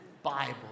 Bible